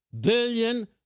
billion